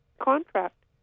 contract